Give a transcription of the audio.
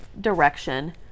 direction